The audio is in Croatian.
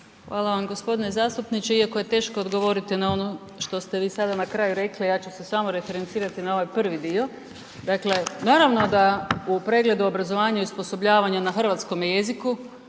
Hvala vam. Gospodine zastupniče, iako je teško odgovoriti na ono što ste vi sada na kraju rekli ja ću se samo referencirati na ovaj prvi dio. Dakle, naravno da u pregledu obrazovanja i osposobljavanja na hrvatskom je jeziku